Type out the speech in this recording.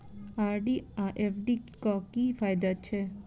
RD आ FD क की फायदा छै?